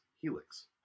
Helix